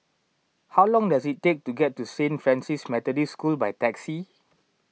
how long does it take to get to Saint Francis Methodist School by taxi